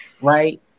right